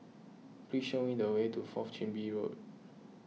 please show me the way to Fourth Chin Bee Road